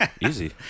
Easy